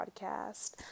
podcast